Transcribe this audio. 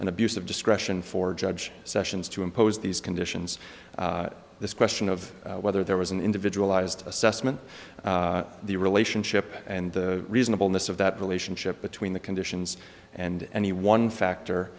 an abuse of discretion for judge sessions to impose these conditions this question of whether there was an individualized assessment the relationship and the reasonableness of that relationship between the conditions and any one factor